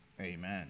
Amen